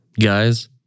Guys